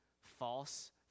false